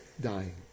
dying